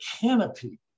canopy